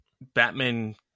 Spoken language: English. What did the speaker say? Batman